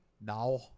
Now